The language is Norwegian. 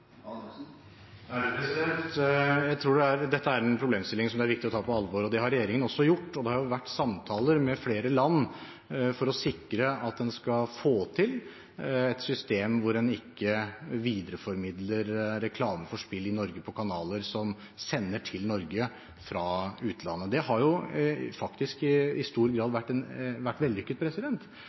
Dette er en problemstilling som det er viktig å ta på alvor, og det har regjeringen også gjort. Det har vært samtaler med flere land for å sikre at en skal få til et system hvor en ikke videreformidler reklame for spill i Norge på kanaler som sender til Norge fra utlandet. Det har faktisk i stor grad vært